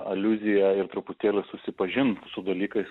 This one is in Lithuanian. aliuzija ir truputėlį susipažint su dalykais